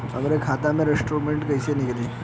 हमरे खाता के स्टेटमेंट कइसे निकली?